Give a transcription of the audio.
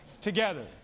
together